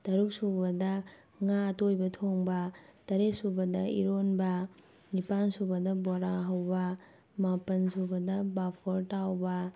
ꯇꯔꯨꯛ ꯁꯨꯕꯗ ꯉꯥ ꯑꯇꯣꯏꯕ ꯊꯣꯡꯕ ꯇꯔꯦꯠ ꯁꯨꯕꯗ ꯏꯔꯣꯟꯕ ꯅꯤꯄꯥꯜ ꯁꯨꯕꯗ ꯕꯣꯔꯥ ꯍꯧꯕ ꯃꯥꯄꯜ ꯁꯨꯕꯗ ꯄꯥꯐꯣꯔ ꯇꯥꯎꯕ